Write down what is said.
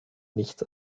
nichts